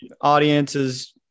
audiences